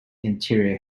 interior